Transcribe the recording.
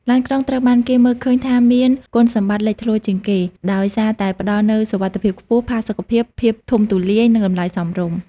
ឡានក្រុងត្រូវបានគេមើលឃើញថាមានគុណសម្បត្តិលេចធ្លោជាងគេ ដោយសារតែវាផ្តល់នូវសុវត្ថិភាពខ្ពស់ ផាសុកភាព ភាពធំទូលាយ និងតម្លៃសមរម្យ។